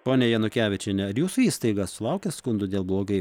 ponia janukevičiene ar jūsų įstaiga sulaukia skundų dėl blogai